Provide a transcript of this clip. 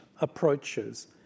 approaches